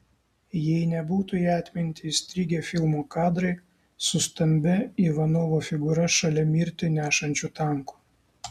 jei nebūtų į atmintį įstrigę filmo kadrai su stambia ivanovo figūra šalia mirtį nešančių tankų